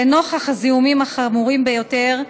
לנוכח הזיהומים החמורים ביותר,